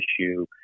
issue